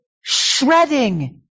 shredding